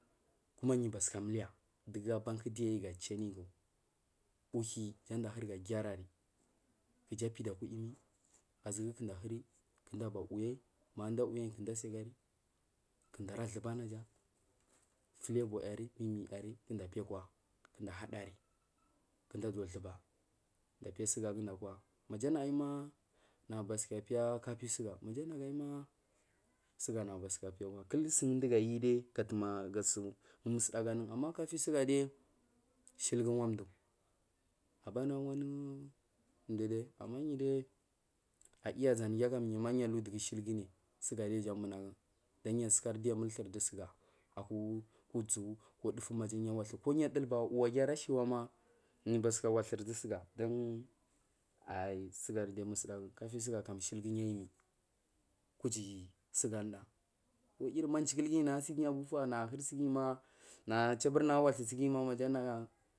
Kuma yubasuka muliya dugu banku diyu ga chu amiyiku uthuwi jan duda gyari kija apida uku yimi aʒuku kuda ahuri kuda aba uwayi manda uwayiyin kuda asigari kunda rathuba ja fihwoun yari kuda piyakwa kunda hadari kunda aʒuwa thuba ndapiya sugakwa maja nagu ayuma nagubathuka piya kapi sugar maja nagu ayuma sugar nagu bathuka piyama knil sugu dugu yudai gatumari su musɗagu anun kapi sugared shilgu wan mdu abana wanu mdudi ama aiya ʒadi giya kam manyuhudupa shiligu kam sugar dai jan diyu aʒari dunyu asukari diyu amuthrdu sugar akwa uʒu akwa dugu siyu awathu kwa niyu aduba wuwa giya ara shmwa niyu bathuka wathuri du sugar dun aiyi sugan musdagu kafi sugar kam shulgu niyu yimai kuju sugar anuda ko iri danchikul nagu abufa nagu ahursugay ma na cha burma wati cigima wajan naga